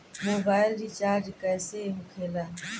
Mobile recharge कैसे होखे ला?